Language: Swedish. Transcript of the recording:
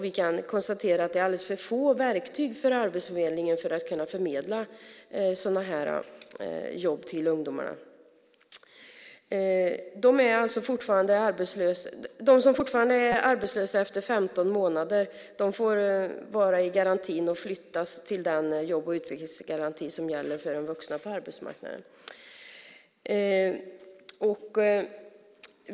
Vi kan konstatera att det finns alldeles för få verktyg för att Arbetsförmedlingen ska kunna förmedla jobb till ungdomarna. De som efter 15 månader fortfarande är arbetslösa får vara i garantin och flyttas över till den jobb och utvecklingsgaranti som gäller för vuxna på arbetsmarknaden.